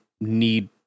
need